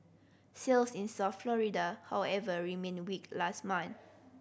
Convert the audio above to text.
sales in South Florida however remained weak last month